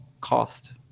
cost